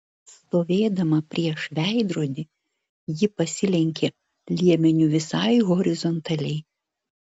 stovėdama prieš veidrodį ji pasilenkė liemeniu visai horizontaliai